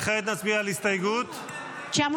וכעת נצביע על הסתייגות --- 920.